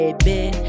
baby